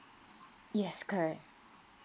yes correct